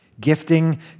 Gifting